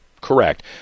correct